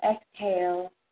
Exhale